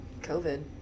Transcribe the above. COVID